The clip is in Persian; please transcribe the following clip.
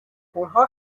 اونها